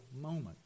moment